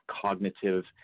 cognitive